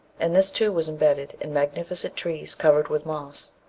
and this too was embedded in magnificent trees covered with moss.